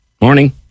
morning